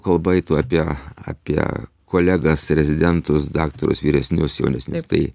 kalba eitų apie apie kolegas rezidentus daktarus vyresnius jaunesnius tai